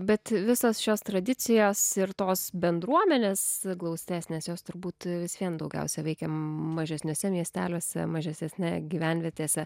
bet visos šios tradicijos ir tos bendruomenės glaustesnės jos turbūt vis vien daugiausia veikia mažesniuose miesteliuose mažesnėse gyvenvietėse